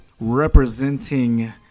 representing